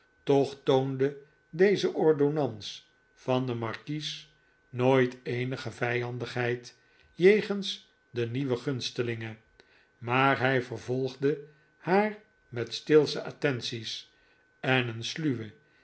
toch toonde deze ordonnans van den markies nooit eenige vijandigheid jegens de nieuwe gunstelinge maar hij vervolgde haar met steelsche attenties en een sluwe